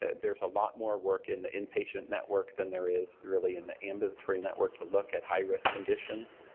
ah there's a lot more work in the inpatient network than there is really in the ambulatory network to look at high risk conditions.